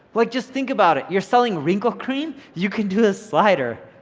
like, just think about it. you're selling wrinkle cream, you can do the slider.